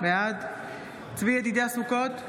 בעד צבי ידידיה סוכות,